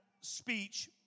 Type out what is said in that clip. speech